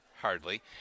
hardly